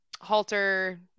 halter